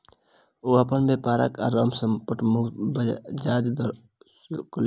ओ अपन व्यापारक आरम्भ संकट मुक्त ब्याज दर ऋण सॅ केलैन